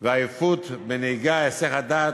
ועייפות בנהיגה, היסח הדעת,